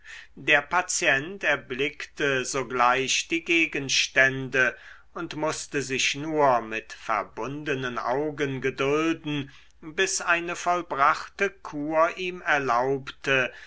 der patient erblickte sogleich die gegenstände und mußte sich nur mit verbundenen augen gedulden bis eine vollbrachte kur ihm erlaubte